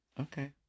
Okay